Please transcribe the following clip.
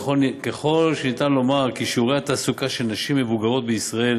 וככל שניתן לומר כי שיעורי התעסוקה של נשים מבוגרות בישראל